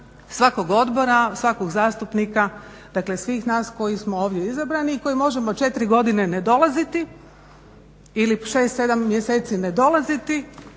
svakog odbora, svakog zastupnika, dakle svih nas koji smo ovdje izabrani i koji možemo 4 godine ne dolaziti ili 6-7 mjeseci ne dolaziti,